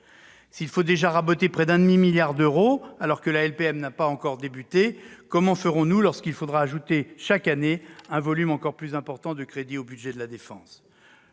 S'il faut déjà raboter près d'un demi-milliard d'euros, alors que la LPM n'est même pas encore commencée, comment ferons-nous lorsqu'il faudra ajouter chaque année un volume encore plus important de crédits au budget de la défense ?